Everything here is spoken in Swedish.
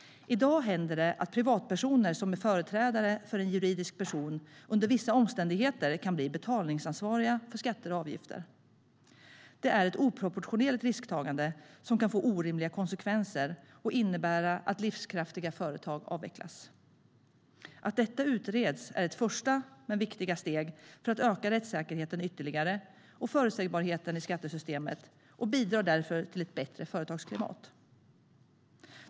I dag händer det att privatpersoner som är företrädare för en juridisk person under vissa omständigheter kan bli betalningsansvariga för skatter och avgifter. Det är ett oproportionerligt risktagande som kan få orimliga konsekvenser och innebära att livskraftiga företag avvecklas. Att detta utreds är ett första men viktigt steg för att öka rättssäkerheten och förutsägbarheten i skattesystemet, vilket därför bidrar till ett bättre företagsklimat. Herr ålderspresident!